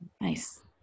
Nice